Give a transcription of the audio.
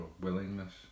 willingness